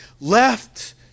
left